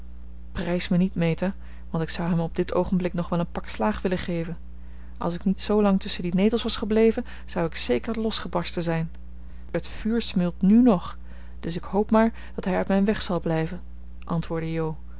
prijs me niet meta want ik zou hem op dit oogenblik nog wel een pak slaag willen geven als ik niet zoolang tusschen die netels was gebleven zou ik zeker losgebarsten zijn het vuur smeult nu nog dus ik hoop maar dat hij uit mijn weg zal blijven antwoordde jo